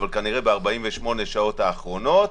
אבל כנראה ב-48 שעות אחרונות,